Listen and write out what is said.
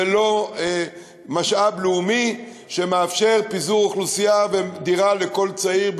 ולא משאב לאומי שמאפשר פיזור אוכלוסייה ודירה לכל צעיר,